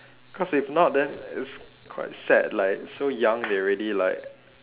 cause if not then it's quite sad like so young they already like